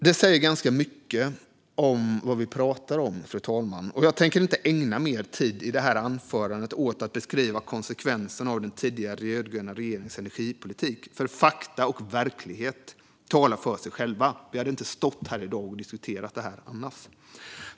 Det säger ganska mycket om vad vi pratar om, fru talman. Jag tänker inte ägna mer tid i det här anförandet åt att beskriva konsekvenserna av den tidigare rödgröna regeringens energipolitik, för fakta och verklighet talar för sig själva. Vi hade annars inte stått här och diskuterat detta.